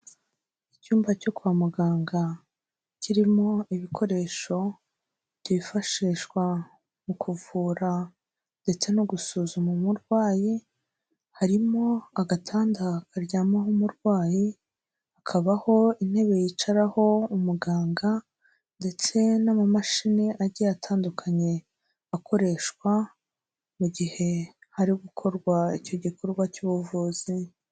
Icyumba cyo kwa muganga kirimo ibikoresho byifashishwa mu kuvura ndetse no gusuzuma umurwayi, harimo agatanda karyamaho umurwayi, hakabaho intebe yicaraho umuganga ndetse n'amamashini agiye atandukanye akoreshwa mu gihe hari gukorwa icyo gikorwa cy'ubuvuzi.